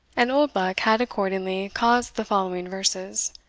and oldbuck had accordingly caused the following verses,